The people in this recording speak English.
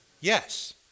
Yes